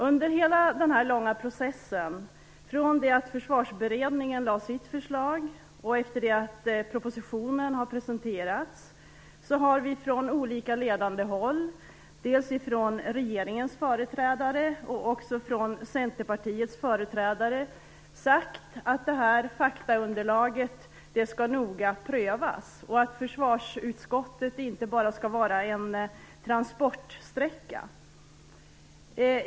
Under hela processen, från det att Försvarsberedningen lade sitt förslag och efter det att propositionen har presenterats, har vi från olika ledande håll, dels från regeringens företrädare, dels från Centerpartiets företrädare, sagt att det här faktaunderlaget noga skall prövas och att försvarsutskottet inte bara skall vara en transportsträcka.